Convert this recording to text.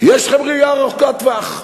יש לכם ראייה ארוכת טווח,